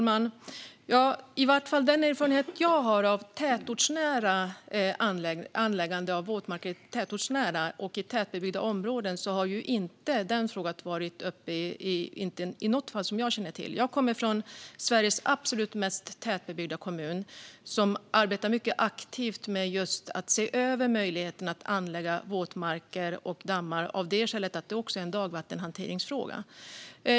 Fru talman! Den erfarenhet jag har av anläggande av våtmarker tätortsnära och i tätbebyggda områden är att den frågan inte har kommit upp i något fall som jag känner till. Jag kommer från Sveriges absolut mest tätbebyggda kommun som arbetar mycket aktivt med att just se över möjligheten att anlägga våtmarker och dammar. Det är av det skälet att det också är en dagvattenhanteringsfråga.